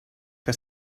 que